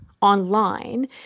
online